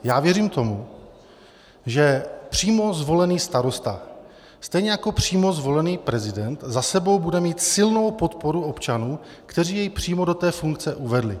Já věřím tomu, že přímo zvolený starosta stejně jako přímo zvolený prezident za sebou bude mít silnou podporu občanů, kteří jej přímo do té funkce uvedli.